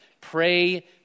pray